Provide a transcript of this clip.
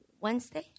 Wednesday